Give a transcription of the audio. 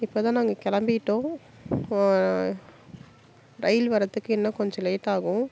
இப்போ தான் நாங்கள் கிளம்பிட்டோம் ரயில் வர்றதுக்கு இன்னும் கொஞ்சம் லேட்டாகும்